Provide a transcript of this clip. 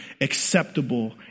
acceptable